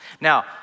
Now